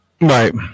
Right